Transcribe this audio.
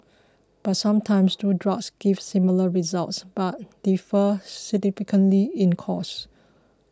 but sometimes two drugs give similar results but differ significantly in costs